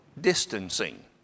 distancing